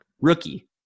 Rookie